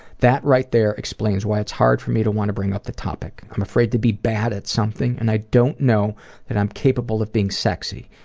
that right there explains why it's hard for me to want to bring up the topic. i'm afraid to be bad at something and i don't know that i'm capable of being sexy.